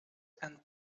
and